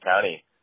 County